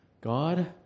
God